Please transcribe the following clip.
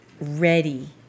ready